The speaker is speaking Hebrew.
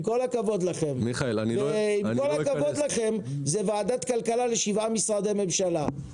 עם כל הכבוד לכם, זו ועדת כלכלה ל-7 משרדי ממשלה.